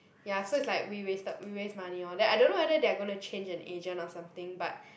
ya so it's like we wasted we waste money loh then I don't know whether they are going to change an agent or something but